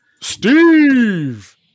Steve